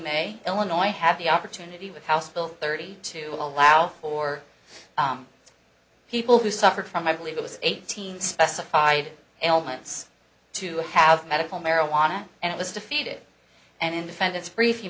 may illinois have the opportunity with house bill thirty to allow for people who suffered from i believe it was eighteen specified elements to have medical marijuana and it was defeated and independence free if you